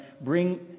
bring